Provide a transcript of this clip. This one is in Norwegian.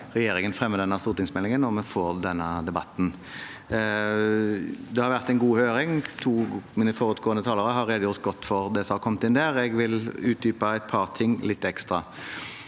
regjeringen fremmer denne stortingsmeldingen og vi får denne debatten. Det har vært en god høring. De to foregående talere har redegjort godt for det som kom inn der. Jeg vil utdype et par ting litt ekstra.